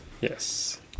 Yes